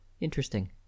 interesting